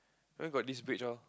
why got this bridge lor